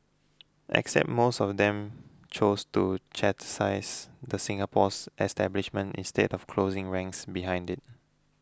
except most of them chose to chastise the Singapore's establishment instead of closing ranks behind it